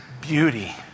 beauty